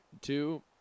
Two